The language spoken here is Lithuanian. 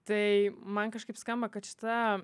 tai man kažkaip skamba kad šita